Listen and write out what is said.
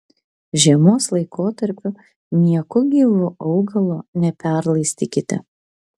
žiemos laikotarpiu nieku gyvu augalo neperlaistykite